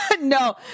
no